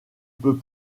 peut